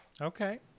Okay